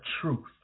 truth